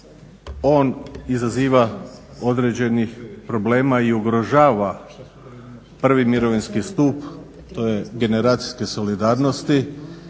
on izaziva određenih problema i ugrožava prvi mirovinski stup. To je generacijske solidarnosti,